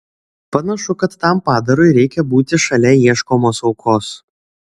panašu kad tam padarui reikia būti šalia ieškomos aukos